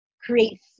create